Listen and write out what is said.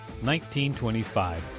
1925